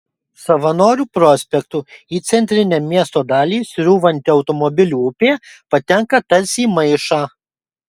savanorių prospektu į centrinę miesto dalį srūvanti automobilių upė patenka tarsi į maišą